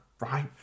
right